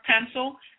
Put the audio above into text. pencil